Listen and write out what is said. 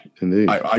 indeed